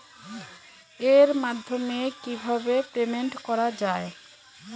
এর মাধ্যমে কিভাবে পেমেন্ট করা য়ায়?